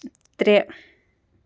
ترٛےٚ